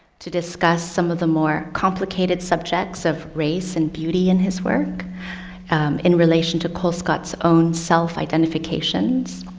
to discuss some of the more complicated subjects of race and beauty in his work in relation to colescott's own self-identifications,